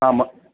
आम्म